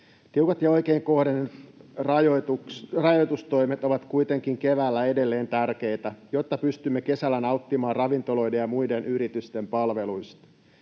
Tiukat ja oikein kohdennetut rajoitustoimet ovat kuitenkin keväällä edelleen tärkeitä, jotta pystymme kesällä nauttimaan ravintoloiden ja muiden yritysten palveluista.